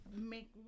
make